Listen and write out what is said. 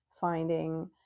finding